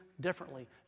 differently